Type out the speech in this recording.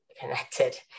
connected